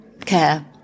care